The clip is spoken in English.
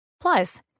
Plus